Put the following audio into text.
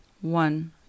one